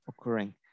occurring